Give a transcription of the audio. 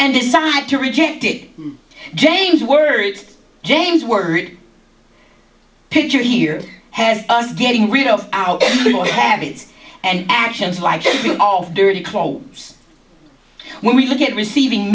and decide to reject it james words james were pictured here has us getting rid of our little habits and actions like all of dirty coal when we look at receiving